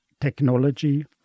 technology